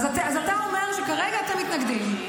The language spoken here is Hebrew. אז אתה אומר שכרגע אתם מתנגדים.